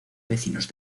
vecinos